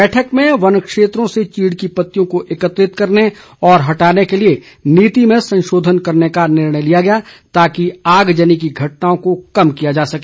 बैठक में वन क्षेत्रों से चीड़ की पत्तियों को एकत्रित करने और हटाने के लिए नीति में संशोधन का निर्णय लिया गया ताकि आगजनी की घटनाओं को कम किया जा सके